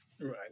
Right